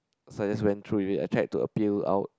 so I just went through with it I tried to appeal out